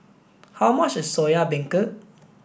how much is soya beancurd